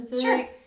Sure